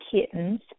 kitten's